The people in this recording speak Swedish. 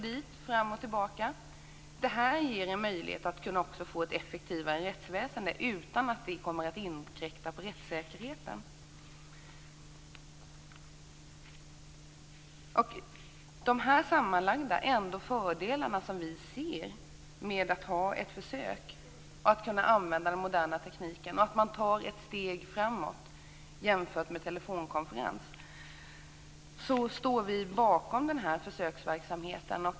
Detta ger en möjlighet att få ett effektivare rättsväsende utan att det kommer att inkräkta på rättssäkerheten. Dessa sammanlagda fördelar med att genomföra ett försök med den moderna tekniken innebär ett steg framåt jämfört med telefonkonferens. Vi står bakom försöksverksamheten.